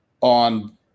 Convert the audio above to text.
on